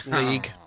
League